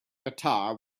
guitar